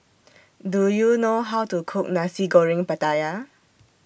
Do YOU know How to Cook Nasi Goreng Pattaya